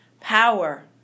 power